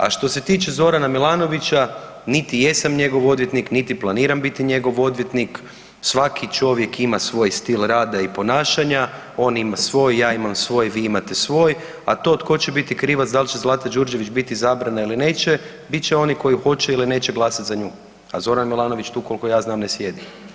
A što se tiče Zorana Milanovića niti jesam njegov odvjetnik, niti planiram biti njegov odvjetnik, svaki čovjek ima svoj stil rada i ponašanja, on ima svoj, ja imam svoj, vi imate svoj, a to tko će biti krivac da li će Zlata Đurđević biti izabrana ili neće bit će oni koji hoće ili neće glasati za nju, a Zoran Milanović tu koliko ja znam ne sjedi.